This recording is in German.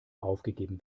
aufgegeben